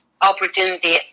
opportunity